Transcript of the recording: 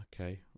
okay